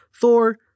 Thor